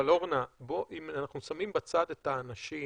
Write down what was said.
אבל, אורנה, אם אנחנו שמים בצד את האנשים